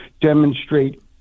demonstrate